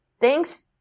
Thanks